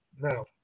Now